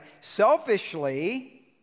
Selfishly